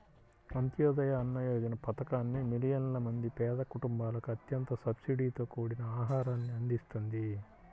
అంత్యోదయ అన్న యోజన పథకాన్ని మిలియన్ల మంది పేద కుటుంబాలకు అత్యంత సబ్సిడీతో కూడిన ఆహారాన్ని అందిస్తుంది